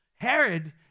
Herod